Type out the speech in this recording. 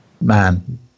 man